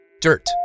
Dirt